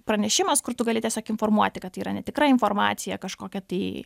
pranešimas kur tu gali tiesiog informuoti kad tai yra netikra informacija kažkokia tai